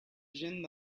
gent